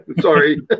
sorry